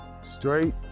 Straight